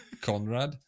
Conrad